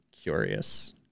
curious